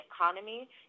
economy